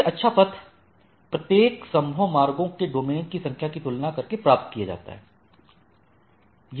सबसे अच्छा पथ प्रत्येक संभव मार्गों के डोमेन की संख्या की तुलना करके प्राप्त किया जाता है